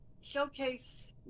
showcase